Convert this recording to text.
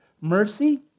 Mercy